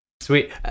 Sweet